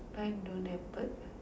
mine don't have birds